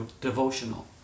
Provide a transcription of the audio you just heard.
devotional